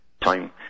time